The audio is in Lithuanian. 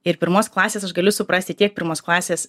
ir pirmos klasės aš galiu suprasti tiek pirmos klasės